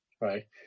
right